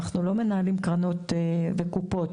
אנחנו לא מנהלים קרנות וקופות.